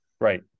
right